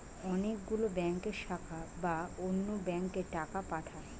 অনেক গুলো ব্যাংকের শাখা বা অন্য ব্যাংকে টাকা পাঠায়